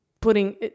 putting